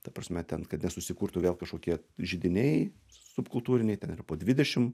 ta prasme ten kad nesusikurtų vėl kažkokie židiniai subkultūriniai ten ir po dvidešim